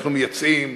שאנחנו מייצאים,